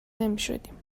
نمیشدیم